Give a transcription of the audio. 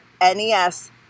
NES